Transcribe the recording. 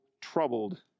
troubled